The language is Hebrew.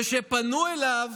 וכשפנו אליו